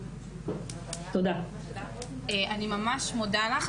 אני מודה לך.